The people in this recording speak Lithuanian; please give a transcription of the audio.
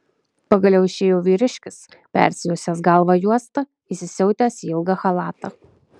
pagaliau išėjo vyriškis persijuosęs galvą juosta įsisiautęs į ilgą chalatą